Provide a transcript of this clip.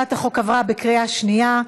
הצעת החוק עברה בקריאה שנייה.